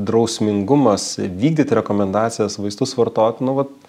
drausmingumas vykdyti rekomendacijas vaistus vartot nu vat